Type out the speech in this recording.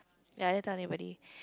ya I didn't tell anybody